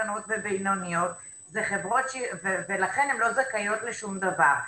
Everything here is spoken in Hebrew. קטנות ובינוניות ולכן הם לא זכאים לשום דבר.